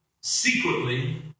secretly